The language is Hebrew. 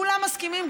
כולם מסכימים.